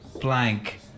blank